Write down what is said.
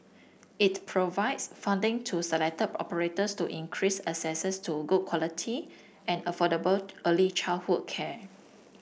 it provides funding to selected operators to increase to good quality and affordable early childhood care